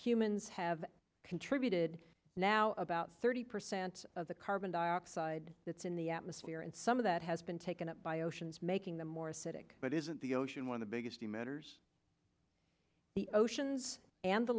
humans have contributed now about thirty percent of the carbon dioxide that's in the atmosphere and some of that has been taken up by oceans making them more but isn't the ocean one of the biggest emitters the oceans and the